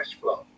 flow